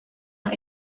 los